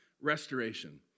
restoration